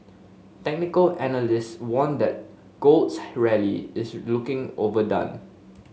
technical analysts warned that gold's rally is looking overdone